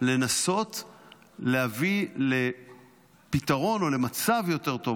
נסו להביא לפתרון או למצב יותר טוב,